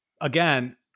again